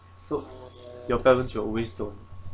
so your parents your waist on